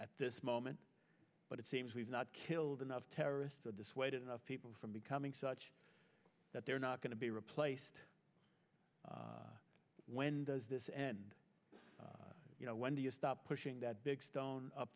at this moment but it seems we've not killed enough terrorists to dissuade enough people from becoming such that they're not going to be replaced when does this end you know when do you stop pushing that big stone up